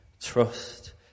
trust